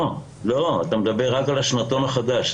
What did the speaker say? לא, אתה מדבר רק על השנתון החדש.